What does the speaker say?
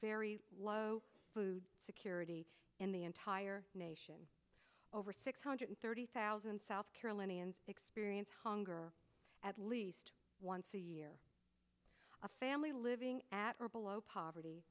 very low food security in the entire nation over six hundred thirty thousand south carolinians experience hunger at least once a year a family living at or below poverty